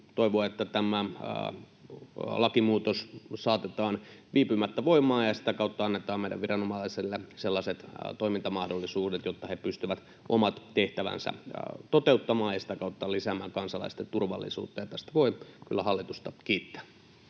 toivon, että tämä lakimuutos saatetaan viipymättä voimaan ja sitä kautta annetaan meidän viranomaisille sellaiset toimintamahdollisuudet, jotta he pystyvät omat tehtävänsä toteuttamaan ja sitä kautta lisäämään kansalaisten turvallisuutta, ja tästä voi kyllä hallitusta kiittää.